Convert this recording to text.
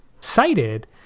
cited